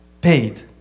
Paid